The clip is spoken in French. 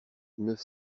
neuf